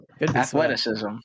athleticism